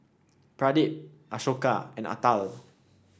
Pradip Ashoka and Atal